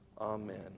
Amen